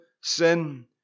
sin